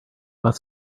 bus